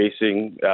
facing